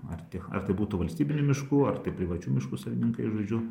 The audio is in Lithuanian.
ar ti ar tai būtų valstybinių miškų ar tai privačių miškų savininkai žodžiu